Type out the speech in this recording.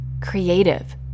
creative